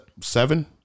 seven